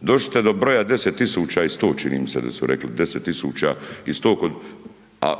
Došli ste do broja 10 tisuća i 100 čini mi se da su rekli, 10 tisuća i 100 a